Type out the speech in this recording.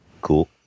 Cool